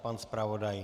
Pan zpravodaj?